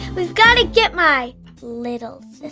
we've gotta get my little